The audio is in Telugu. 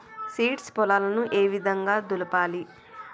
సీడ్స్ పొలాలను ఏ విధంగా దులపాలి?